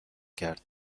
کرد